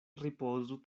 ripozu